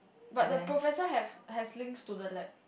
but the professor have has links to lab